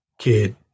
kid